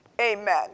amen